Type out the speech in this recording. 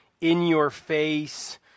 in-your-face